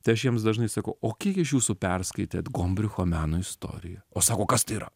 tai aš jiems dažnai sakau o kiek iš jūsų perskaitėt gombricho meno istoriją o sako kas tai yra